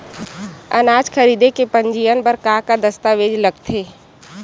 अनाज खरीदे के पंजीयन बर का का दस्तावेज लगथे?